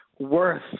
worth